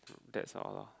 that's all